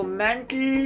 mental